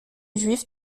juif